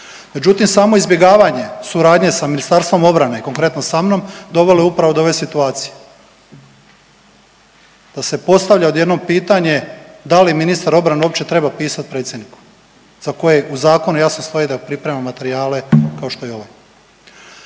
Međutim, samo izbjegavanje suradnje sa Ministarstvo obrane, konkretno sa mnom, dovelo je upravo do ove situacije, da se postavlja odjednom pitanje da li ministar obrane uopće treba pisati predsjedniku za koje u zakonu jasno stoji da priprema materijale kao što je ovaj.